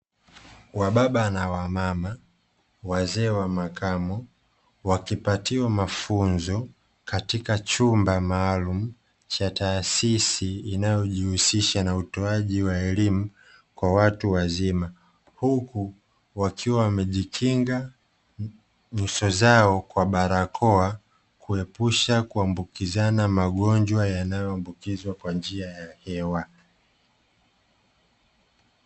Wababa na mama wazee wa makamo wakipatiwa mafunzo katika chumba maalumu cha taasisi inayojihusisha na utoaji wa elimu kwa watu wazima, huku wakiwa wamejikinga nyuso zao kwa barakoa kuepusha kuambukizana magonjwa yanayo ambukizwa kwa njia ya hli ya hewa.